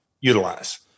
utilize